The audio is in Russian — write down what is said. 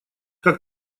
как